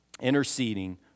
interceding